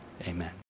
amen